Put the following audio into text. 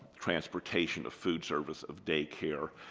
transportation, of food service, of daycare,